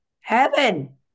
Heaven